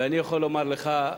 ואני יכול לומר לך,